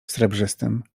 srebrzystym